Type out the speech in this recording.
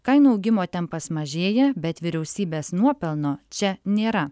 kainų augimo tempas mažėja bet vyriausybės nuopelno čia nėra